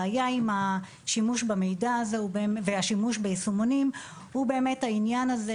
הבעיה היא שהשימוש במידע הזה והשימוש ביישומונים הוא באמת העניין הזה,